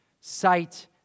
Sight